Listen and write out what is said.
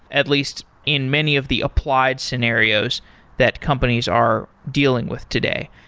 at least in many of the applied scenarios that companies are dealing with today.